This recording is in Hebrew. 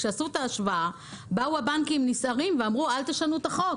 כשעשו את ההשוואה באו הבנקים נסערים ואמרו: אל תשנו את החוק